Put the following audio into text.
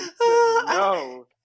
No